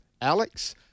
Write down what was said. Alex